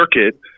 Circuit